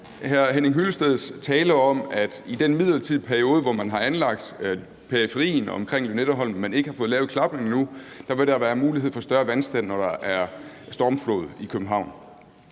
Henning Hyllesteds tale om, at der i den midlertidige periode, hvor man har anlagt periferien omkring Lynetteholm, men ikke har fået lavet klappen endnu, vil være mulighed for større vandstand, når der er stormflod i København.